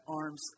arm's